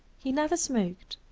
he never smoked,